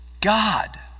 God